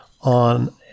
on